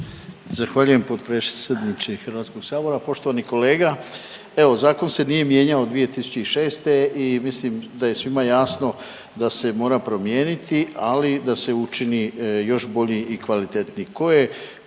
Zahvaljujem potpredsjedniče HS-a. Poštovani kolega. Evo zakon se nije mijenjao od 2006. i mislim da je svima jasno da se mora promijeniti, ali da se učini još bolji i kvalitetniji.